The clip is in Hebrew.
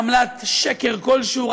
עמלת שקר כלשהו,